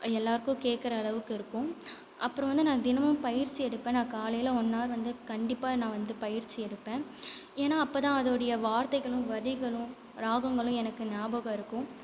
எல்லோருக்கும் கேட்குற அளவுக்கு இருக்கும் அப்புறம் வந்து நான் தினமும் பயிற்சி எடுப்பேன் நான் காலையில் ஒன் ஹார் வந்து கண்டிப்பாக நான் வந்து பயிற்சி எடுப்பேன் ஏன்னால் அப்போ தான் அதுடைய வார்த்தைகளும் வரிகளும் ராகங்களும் எனக்கு நியாபகம் இருக்கும்